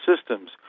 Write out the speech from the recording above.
systems